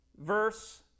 Verse